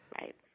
Right